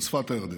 על שפת הירדן,